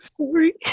Sorry